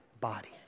body